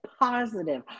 Positive